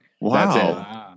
Wow